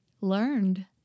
learned